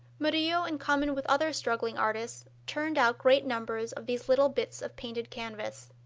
murillo, in common with other struggling artists, turned out great numbers of these little bits of painted canvas.